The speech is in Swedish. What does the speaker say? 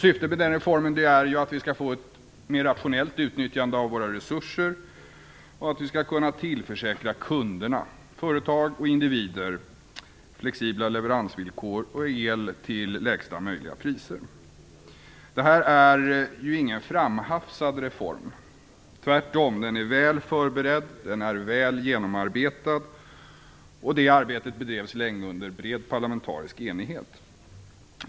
Syftet med denna reform är att vi skall få ett mer rationellt utnyttjande av våra resurser och att vi skall kunna tillförsäkra kunderna, företag och individer, flexibla leveransvillkor och el till lägsta möjliga priser. Det här är ingen framhafsad reform. Tvärtom är den väl förberedd och väl genomarbetad. Det arbetet bedrevs länge under bred parlamentarisk enighet.